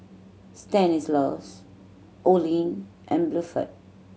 Stanislaus Olene and Bluford